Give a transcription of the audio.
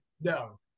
No